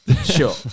Sure